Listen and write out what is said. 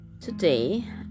Today